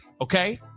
okay